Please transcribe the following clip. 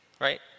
right